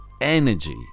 energy